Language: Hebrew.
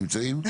נמצאים?